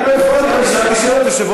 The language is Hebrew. אני לא הפרעתי, שאלתי שאלות.